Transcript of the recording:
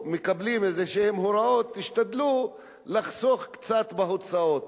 הם מקבלים הוראות: תשתדלו לחסוך קצת בהוצאות,